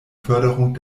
förderung